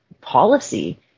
policy